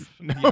No